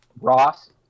Ross